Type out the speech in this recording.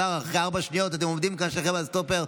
השר ארבע שניות אחרי ואתם עומדים פה שניכם על סטופר.